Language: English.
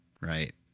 Right